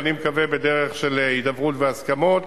ואני מקווה בדרך של הידברות והסכמות.